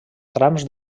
trams